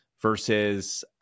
versus